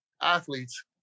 athletes